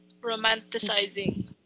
romanticizing